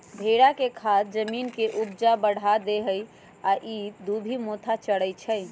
भेड़ा के खाद जमीन के ऊपजा बढ़ा देहइ आ इ दुभि मोथा चरै छइ